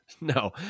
no